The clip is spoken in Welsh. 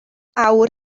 awr